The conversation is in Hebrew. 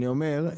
אני אומר,